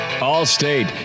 All-state